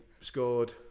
scored